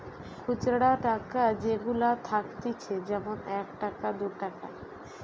খুচরা টাকা যেগুলা থাকতিছে যেমন এক টাকা, দু টাকা